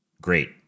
great